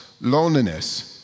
loneliness